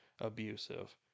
abusive